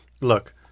look